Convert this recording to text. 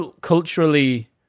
culturally